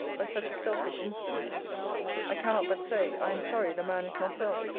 by such a selfish instance i cannot but say, i am sorry the man is not well.